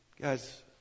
Guys